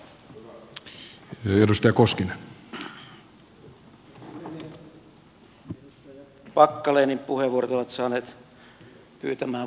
edustaja packalenin puheenvuorot ovat saaneet pyytämään vastauspuheenvuoroa